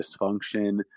dysfunction